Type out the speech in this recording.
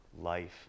life